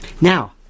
Now